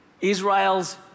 Israel's